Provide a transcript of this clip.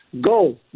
go